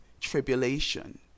tribulation